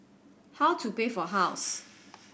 how to pay for house